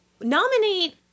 nominate